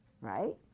right